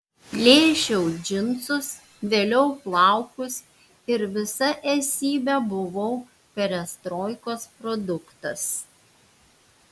plėšiau džinsus vėliau plaukus ir visa esybe buvau perestroikos produktas